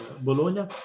Bologna